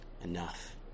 Enough